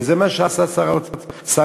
וזה מה שעשה שר האוצר.